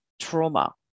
trauma